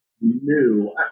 new